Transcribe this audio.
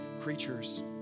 creatures